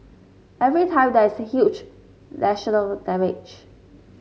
every time there is huge national damage